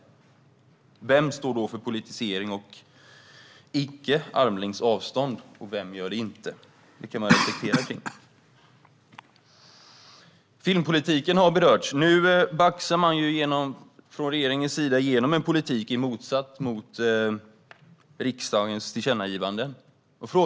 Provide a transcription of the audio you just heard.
Vem står i detta sammanhang för politisering och håller armlängds avstånd, och vem gör det inte? Detta kan man reflektera över. Filmpolitiken har berörts. Nu baxar regeringen igenom en politik som går emot riksdagens tillkännagivande.